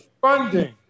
funding